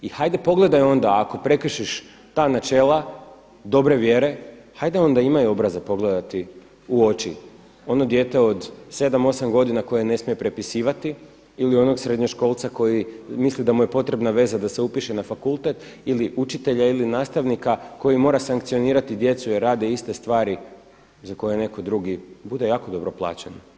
I hajde pogledaj onda ako prekršiš ta načela dobre vjere, hajde onda imaj obraza pogledati u oči ono dijete od 7, 8 godina koje ne smije prepisivati ili onog srednjoškolca koji misli da mu je potrebna veza da se upiše na fakultet ili učitelja ili nastavnika koji mora sankcionirati djecu jer rade iste stvari za koje netko drugi bude jako dobro plaćen.